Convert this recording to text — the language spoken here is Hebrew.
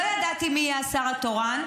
לא ידעתי מי יהיה השר התורן,